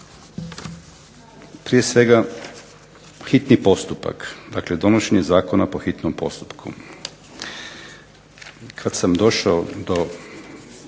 Prije svega hitni postupak, dakle donošenje zakona po hitnom postupku. Kada sam došao do 5.